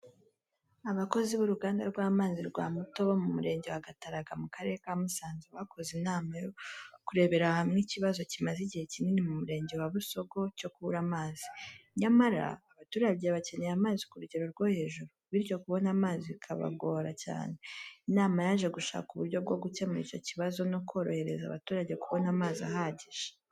Abakozi b’uruganda rw’amazi rwa Mutobo mu Murenge wa Gataraga, mu Karere ka Musanze, bakoze inama yo kurebera hamwe ikibazo kimaze igihe kinini mu Murenge wa Busogo cyo kubura amazi. Nyamara, abaturage bakeneye amazi ku rugero rwo hejuru, bityo kubona amazi bikabagora cyane. Inama yaje gushaka uburyo bwo gukemura icyo kibazo no korohereza abaturage kubona amazi ahagije.